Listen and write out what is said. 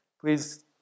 please